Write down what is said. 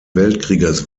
weltkrieges